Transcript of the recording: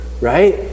right